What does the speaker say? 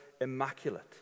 immaculate